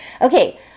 Okay